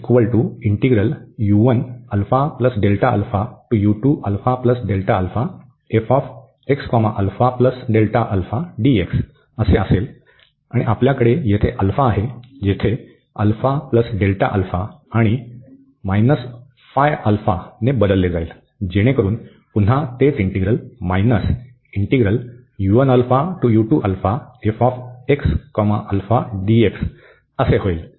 तर आपल्याकडे जेथे आहे तेथे आणि ने बदलले जाईल जेणेकरून पुन्हा तेच इंटीग्रल होईल